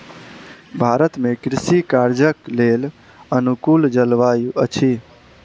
भारत में कृषि कार्यक लेल अनुकूल जलवायु अछि